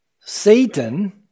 Satan